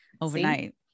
overnight